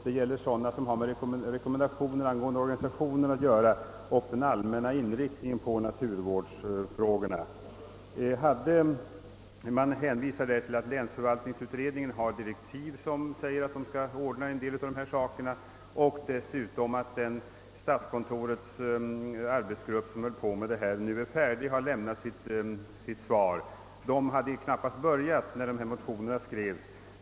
Det gäller motioner med rekommendationer i organisationsfrågor och om naturvårdens allmänna inriktning. Det hänvisas i utlåtandet till att en del av dessa frågor skall tas upp av länsförvaltningsutredningen enligt dess direktiv samt till att statskontorets arbetsgrupp nu framlagt sin utredning beträffande dessa spörsmål. Denna arbetsgrupp hade knappt börjat sitt arbete när motionerna skrevs.